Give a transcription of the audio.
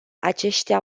aceștia